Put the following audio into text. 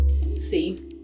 see